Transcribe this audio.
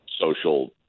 social